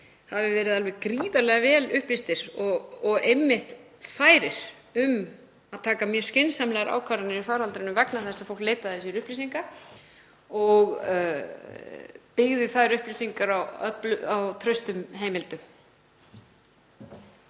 hafi verið alveg gríðarlega vel upplýstir og færir um að taka skynsamlegar ákvarðanir í faraldrinum vegna þess að fólk leitaði sér upplýsinga og byggði þær upplýsingar á traustum heimildum.